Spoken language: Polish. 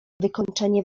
wykończenie